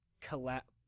collapse